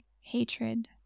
hatred